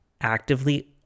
actively